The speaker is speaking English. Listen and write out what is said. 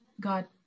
God